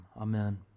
Amen